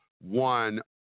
one